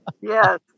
Yes